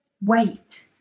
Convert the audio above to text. Wait